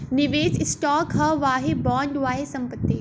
निवेस स्टॉक ह वाहे बॉन्ड, वाहे संपत्ति